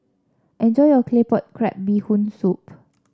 enjoy your Claypot Crab Bee Hoon Soup